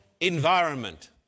environment